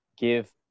give